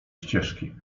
ścieżki